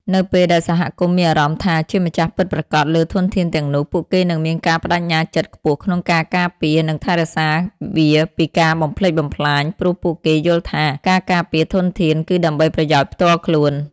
នៅពេលដែលសហគមន៍មានអារម្មណ៍ថា ជាម្ចាស់ពិតប្រាកដលើធនធានទាំងនោះ ពួកគេនឹងមានការប្ដេជ្ញាចិត្តខ្ពស់ក្នុងការការពារ និងថែរក្សាវាពីការបំផ្លិចបំផ្លាញ ព្រោះពួកគេយល់ថាការការពារធនធាន គឺដើម្បីប្រយោជន៍ផ្ទាល់ខ្លួន។